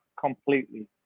completely